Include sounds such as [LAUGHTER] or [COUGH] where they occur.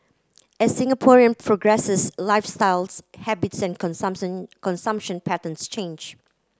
as Singaporean progresses lifestyles habits and [UNINTELLIGIBLE] consumption patterns change